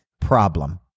problem